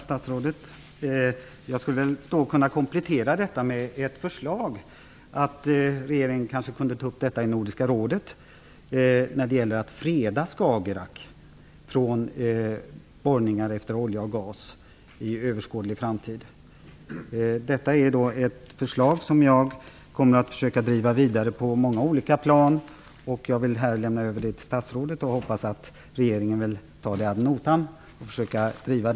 Fru talman! Jag tackar statsrådet. Jag vill komplettera med förslaget att regeringen skulle kunna ta upp frågan i Nordiska rådet om att freda Skagerack från borrningar efter olja och gas under överskådlig framtid. Detta är ett förslag som jag kommer att försöka driva vidare på många olika plan. Jag vill lämna över det till statsrådet. Jag hoppas att regeringen tar förslaget ad notam och driver frågan.